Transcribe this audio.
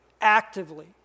actively